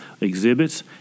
exhibits